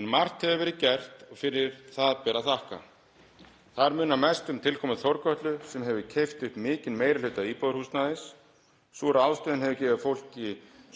En margt hefur verið gert og fyrir það ber að þakka. Þar munar mest um tilkomu Þórkötlu sem hefur keypt upp mikinn meiri hluta íbúðarhúsnæðis. Sú ráðstöfun hefur gefið fólki